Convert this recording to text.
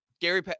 Gary